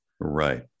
Right